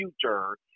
future